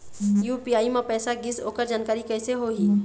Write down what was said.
UPI म पैसा गिस ओकर जानकारी कइसे होही?